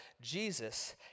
Jesus